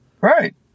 right